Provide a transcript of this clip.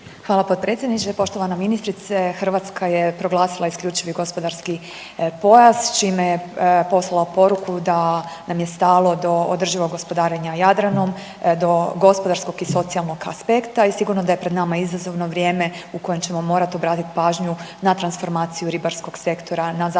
Hvala potpredsjedniče. Poštovana ministrice, Hrvatska je proglasila Isključivi gospodarski pojas čime je poslala poruku da nam je stalo do održivog gospodarenja Jadranom, do gospodarskog i socijalnog aspekta i sigurno je da je pred nama izazovno vrijeme u kojem ćemo morat obratit pažnju na transformaciju ribarskog sektora, na zaštitu